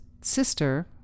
sister